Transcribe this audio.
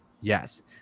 yes